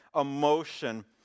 emotion